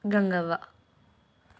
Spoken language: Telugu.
గంగవ్వ